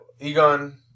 Egon